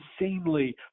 insanely